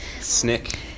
Snick